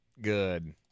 good